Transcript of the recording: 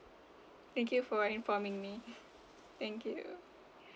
thank you for informing me thank you